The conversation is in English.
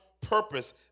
purpose